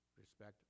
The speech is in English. Respect